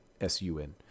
S-U-N